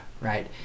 right